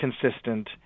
consistent